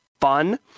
fun